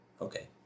Okay